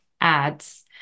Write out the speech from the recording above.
ads